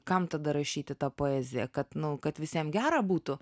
kam tada rašyti tą poeziją kad nu kad visiem gera būtų